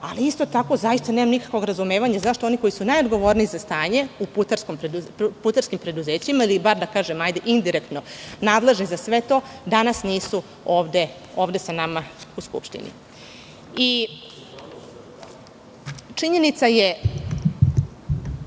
ali isto tako, zaista nemam nikakvog razumevanja zašto oni koji su najodgovorniji za stanje u putarskim preduzećima, ili bar da kažem indirektno nadležni za sve to, danas nisu ovde sa nama u Skupštini. Činjenica je